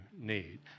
need